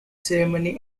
ceremony